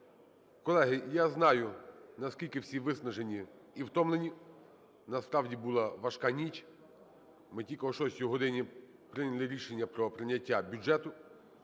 Колеги, я знаю, наскільки всі виснажені в втомлені, в нас справді була важка ніч, ми тільки о шостій годині прийняли рішення про прийняття бюджету.